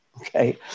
Okay